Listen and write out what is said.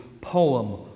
poem